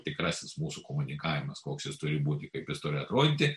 tikrasis mūsų komunikavimas koks jis turi būti kaip jis turi atrodyti